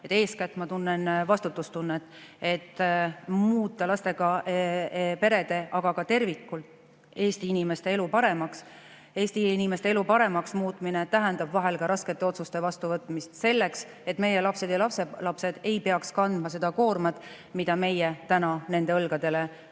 eeskätt ma tunnen vastutustunnet, et muuta lastega perede, aga ka tervikuna Eesti inimeste elu paremaks. Eesti inimeste elu paremaks muutmine tähendab vahel ka raskete otsuste vastuvõtmist selleks, et meie lapsed ja lapselapsed ei peaks kandma seda koormat, mida meie täna nende õlgadele